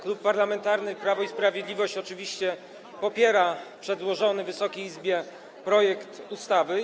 Klub Parlamentarny Prawo i Sprawiedliwość oczywiście popiera przedłożony Wysokiej Izbie projekt ustawy.